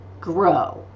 grow